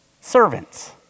servants